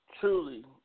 Truly